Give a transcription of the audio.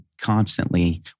constantly